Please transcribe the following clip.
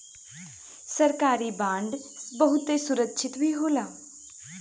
सरकारी बांड बहुते सुरक्षित भी होला